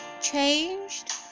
changed